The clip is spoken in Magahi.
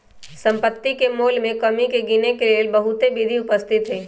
सम्पति के मोल में कमी के गिनेके लेल बहुते विधि उपस्थित हई